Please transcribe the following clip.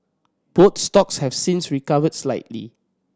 both stocks have since recovered slightly